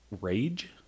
rage